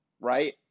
Right